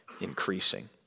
increasing